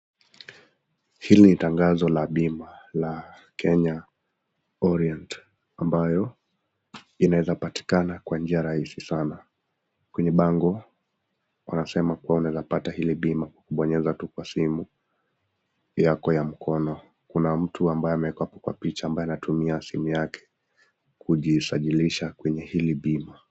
hili nitangazo la bima la kenya orient ambayo inawezapatikana kwa njia rahisi sana kwenye bango wanasema kua unawezapa hili bima kubonyezatu kwa simu yako ya mkono kuna mtu ambaye amewekwa kwa picha ambaye anatumia picha yake kujisajilisha kwanye hii bima